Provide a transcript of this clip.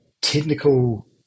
technical